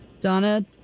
Donna